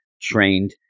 trained